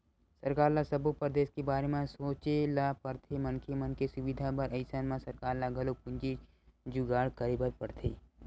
सरकार ल सब्बो परदेस के बारे म सोचे ल परथे मनखे मन के सुबिधा बर अइसन म सरकार ल घलोक पूंजी जुगाड़ करे बर परथे